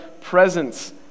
presence